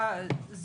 בעמוד 24,